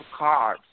carbs